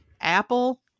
apple